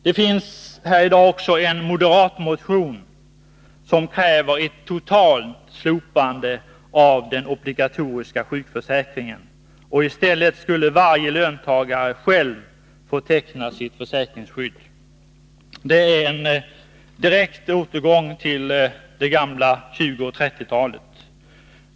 Det finns i dag en moderatmotion som kräver ett totalt slopande av den obligatoriska sjukförsäkringen. I stället skulle varje löntagare själv få teckna sitt försäkringsskydd. Det är en direkt återgång till 1920 och 1930-talen.